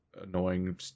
annoying